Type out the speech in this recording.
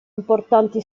importanti